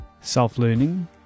Self-learning